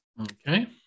Okay